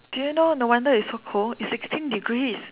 do you know no wonder it's so cold it's sixteen degrees